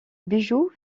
bijou